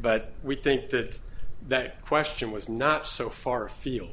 but we think that that question was not so far afield